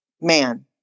man